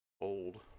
old